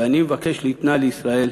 ואני מבקש ליתנה לישראל.